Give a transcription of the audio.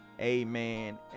amen